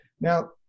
Now